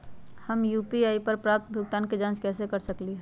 हम यू.पी.आई पर प्राप्त भुगतान के जाँच कैसे कर सकली ह?